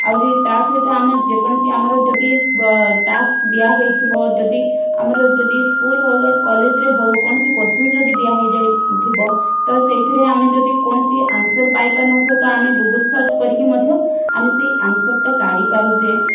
ଆହୁରି ତା ସହିତ ଆମେ ଯେକୌଣସି ଆମର ଯଦି ବ ଟାସ୍କ ଦିଆ ହୋଇଥିବ ଯଦି ଆମର ଯଦି ସ୍କୁଲ୍ ହେଉ ବା କଲେଜ୍ ରେ ହେଉ କୌଣସି କୋଶ୍ଚିନ ଯଦି ଦିଆ ହୋଇ ଯାଇଥିବ ତ ସେଇଥିରେ ଆମେ ଯଦି କୌଣସି ଆନ୍ସର୍ ପାଇପାରୁନଥିବା ତ ଆମେ ଗୁଗୁଲ୍ ସର୍ଚ କରିକି ମଧ୍ୟ ଆମେ ସେଇ ଆନ୍ସର୍ ଟା କାଢ଼ି ପାରୁଛେ